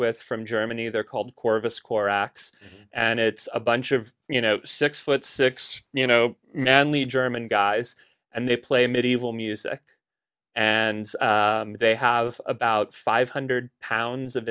with from germany they're called core of a score x and it's a bunch of you know six foot six you know and lead german guys and they play medieval music and they have about five hundred pounds of